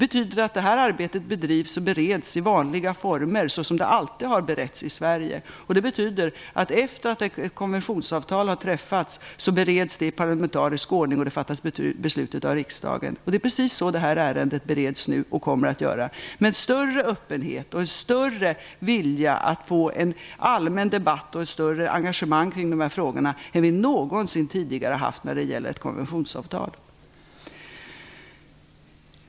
Arbetet bedrivs och bereds i vanliga former såsom det alltid har gjorts i Sverige. Det betyder att det, efter att ett konventionsavtal har träffats, bereds i parlamentarisk ordning och beslutas av riksdagen. Det är precis så ärendet nu bereds och kommer att beredas. Det innebär en större öppenhet och större vilja att få en allmän debatt och ett större engagemang kring dessa frågor än vi någonsin tidigare har haft när det gäller ett konventionsavtal.